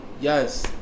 Yes